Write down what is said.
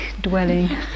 dwelling